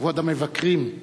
כבוד המבקרים.